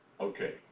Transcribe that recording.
Okay